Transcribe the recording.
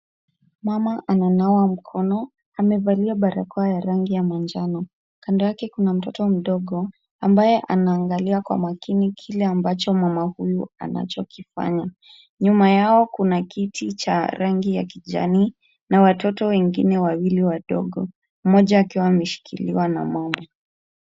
Mama ananawa mkono, amevalia barakoa ya rangi ya manjano. Kando yake kuna mtoto mdogo ambaye anaangalia kwa makini kile ambacho mama huyu anachokifanya. Nyuma yao kuna kiti cha rangi ya kijani na watoto wengine wawili wadogo mmoja akiwa ameshikiliwa na mama.